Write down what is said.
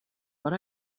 but